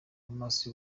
amaso